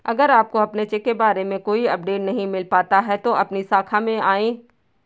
अगर आपको अपने चेक के बारे में कोई अपडेट नहीं मिल पाता है तो अपनी शाखा में आएं